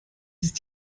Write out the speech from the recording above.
ist